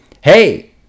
hey